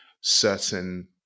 certain